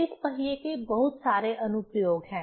इस पहिये के बहुत सारे अनुप्रयोग हैं